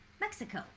Mexico